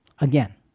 again